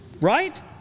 right